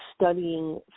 studying